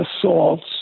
assaults